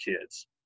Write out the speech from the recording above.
kids